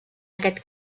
aquest